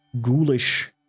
ghoulish